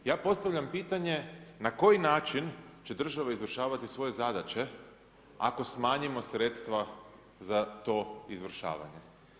Ja postavljam pitanje na koji način će država izvršavati svoje zadaće, ako smanjimo sredstva za to izvršavanje?